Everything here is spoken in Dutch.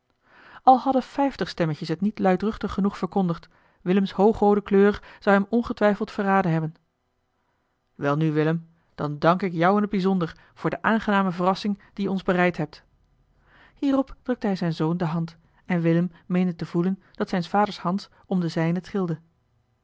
al hadden vijftig stemmetjes het niet luidruchtig genoeg verkondigd willem's hoogroode kleur zou hem ongetwijfeld verraden hebben welnu willem dan dank ik jou in t bijzonder voor de aangename verrassing die je ons bereid hebt hierop drukte hij zijn zoon de hand en willem meende te voelen dat zijns vaders hand om de zijne